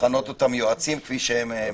לכנות אותם יועצים כפי שהם מבקשים,